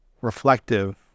reflective